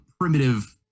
primitive